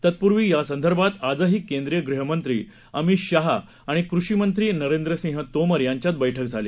तत्पूर्वी यासंदर्भात आजही केंद्रीय गृहमंत्री अमित शहा आणि कृषी मंत्री नरेंद्र सिंह तोमर यांच्यात बैठक झाली